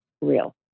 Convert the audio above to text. real